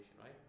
right